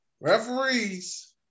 Referees